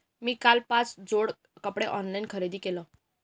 मी काल पाच जोड कपडे ऑनलाइन खरेदी केले